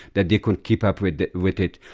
that they could keep up with with it.